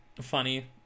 Funny